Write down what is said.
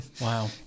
Wow